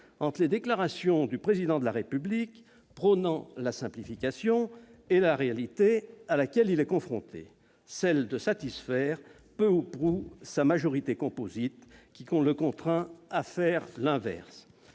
entre les déclarations du Président de la République, prônant la simplification, et la réalité à laquelle il est confronté : celle de satisfaire peu ou prou sa majorité composite, qui le contraint à faire l'inverse